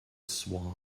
swan